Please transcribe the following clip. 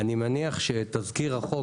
אני מניח שתזכיר החוק,